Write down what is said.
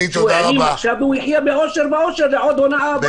עכשיו הוא יחיה בעושר ואושר עד להונאה הבאה.